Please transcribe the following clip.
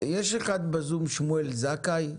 יש אחד בזום, שמואל זכאי?